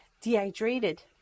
dehydrated